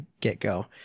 get-go